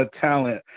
talent